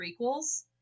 prequels